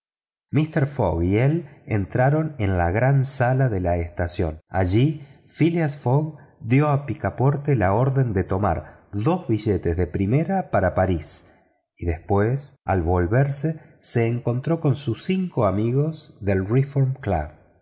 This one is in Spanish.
míster fogg y él entraron en la gran sala de la estación allí phileas fogg dio a picaporte la orden de tomar dos billetes de primera para parís y después al volverse se encontró con sus cinco amigos del reform club